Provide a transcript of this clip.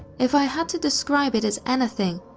if i had to describe it as anything,